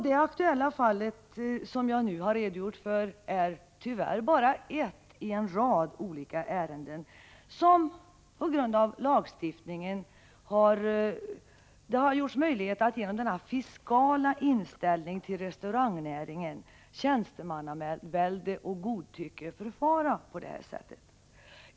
Det aktuella fall som jag har redogjort för är tyvärr ett i en rad olika ärenden där lagstiftningen möjliggör denna fiskala inställning till restaurangnäringen, tjänstemannavälde och godtyckligt förfarande.